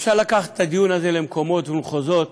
אפשר לקחת את הדיון הזה למקומות ומחוזות